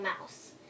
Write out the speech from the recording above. mouse